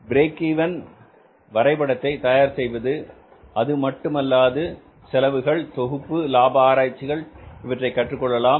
break even வரைபடத்தை தயார் செய்வது அதுமட்டுமல்லாது செலவுகள் தொகுப்பு லாப ஆராய்ச்சிகள் இவற்றை கற்றுக்கொள்ளலாம்